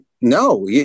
No